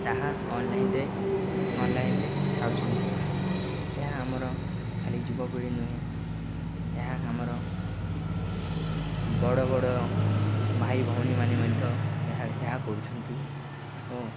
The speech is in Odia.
ତାହା ଅନ୍ଲାଇନ୍ରେ ଅନ୍ଲାଇନ୍ରେ ଯାଉଛନ୍ତି ଏହା ଆମର ଖାଲି ଯୁବପିଢ଼ି ନୁହେଁ ଏହା ଆମର ବଡ଼ ବଡ଼ ଭାଇ ଭଉଣୀମାନ ମଧ୍ୟ ଏହା ଏହା କରୁଛନ୍ତି ଓ